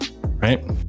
Right